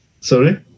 Sorry